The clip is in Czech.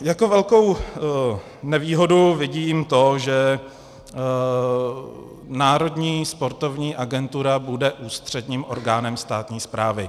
Jako velkou nevýhodu vidím to, že Národní sportovní agentura bude ústředním orgánem státní správy.